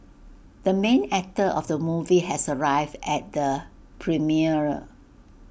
the main actor of the movie has arrived at the premiere